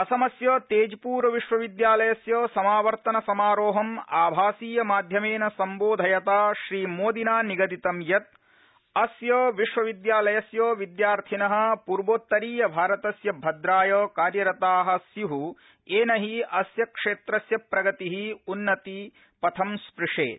असमस्य तेजपुर विश्वविद्यालयस्य समावर्तनसमारोहम् आभासीय माध्यमेन संबोधयता श्रीमोदिना निगिदतम् यत् अस्य विश्वविद्यालयस्य विद्यार्थिन पूर्वोत्तरीय भारतस्य भद्राय कार्यरता स्यू येन हि अस्य क्षेत्रस्य प्रगति उन्नति पथं स्प्रशेत्